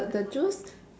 the the juice